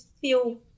feel